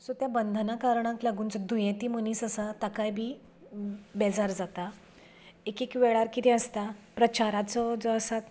so त्या बंधना कारणांक लागून जर दुयेंती मनीस आसा ताकाय बीन बेजार जाता एक एक वेळार कितें आसता प्रचाराचो जो आसा